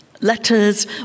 letters